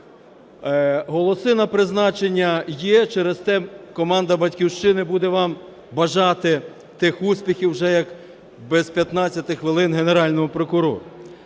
Голоси на призначення є, через те команда "Батьківщини" буде вам бажати тих успіхів уже як без п'ятнадцяти хвилин Генеральному прокурору.